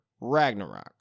Ragnarok